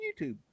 YouTube